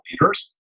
leaders